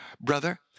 Brother